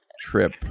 Trip